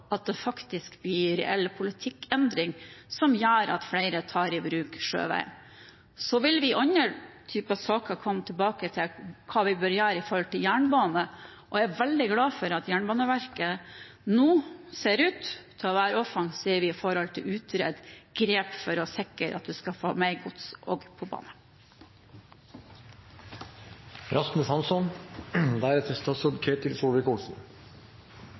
at det faktisk blir en reell politikkendring som gjør at flere tar i bruk sjøveien. Så vil vi i andre typer saker komme tilbake til hva vi bør gjøre med tanke på jernbane. Jeg er veldig glad for at Jernbaneverket nå ser ut til å være offensiv når det gjelder å utrede grep for å sikre at vi skal få mer gods også på bane.